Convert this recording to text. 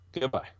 Goodbye